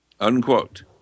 Unquote